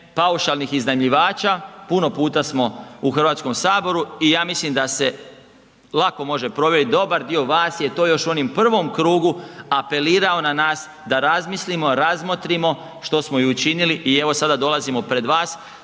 paušalnih iznajmljivača, puno puta smo u HS-u i ja mislim da se lako može provjeriti, dobar dio vas je to još u onom prvom krugu apelirao na nas da zamislimo, razmotrimo što smo i učinili i evo, sada dolazimo pred vas